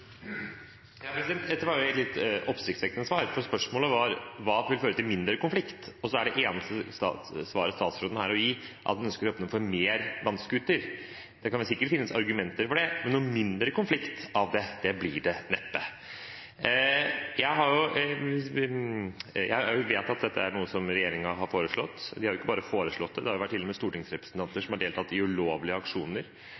Dette var et litt oppsiktsvekkende svar, for spørsmålet var hva som ville føre til mindre konflikt. Og så er det eneste svaret statsråden har å gi, at man ønsker å åpne for mer vannscooter. Det kan sikkert finnes argumenter for det, men noen mindre konflikt blir det neppe av det. Jeg vet at dette er noe som regjeringen har foreslått. De har ikke bare foreslått det, det har til og med vært stortingsrepresentanter